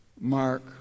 Mark